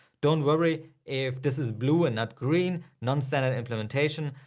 don't worry if this is blue and not green nonstandard implementation.